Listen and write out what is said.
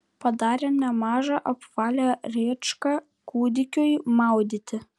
padarė nemažą apvalią rėčką kūdikiui maudyti